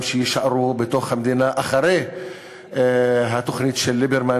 שיישארו בתוך המדינה אחרי התוכנית של ליברמן,